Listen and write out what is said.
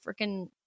freaking